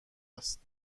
است